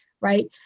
right